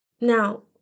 Now